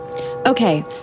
Okay